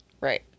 Right